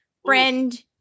Friend